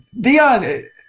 Dion